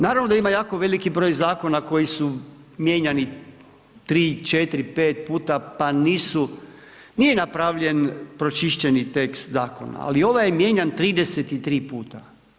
Naravno da ima jako veliki broj zakona koji su mijenjani 3, 4, 5 puta, pa nisu, nije napravljen pročišćeni tekst zakona, ali ovaj je mijenjan 33 puta.